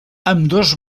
ambdós